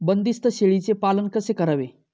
बंदिस्त शेळीचे पालन कसे करावे?